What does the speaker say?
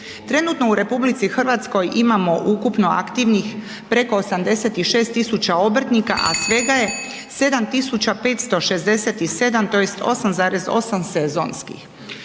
Trenutno u RH imamo ukupno aktivnih preko 86.000 obrtnika, a svega je 7.567 tj. 8,8 sezonskih.